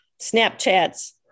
Snapchats